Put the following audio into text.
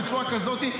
בצורה כזאת,